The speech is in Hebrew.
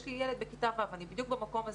יש לי ילד בכיתה ו' ואני בדיוק במקום הזה.